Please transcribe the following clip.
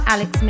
Alex